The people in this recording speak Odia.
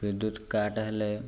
ବିଦ୍ୟୁତ କାଟ ହେଲେ